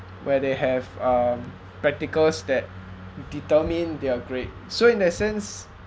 where they have um practical that determine their grade so in that sense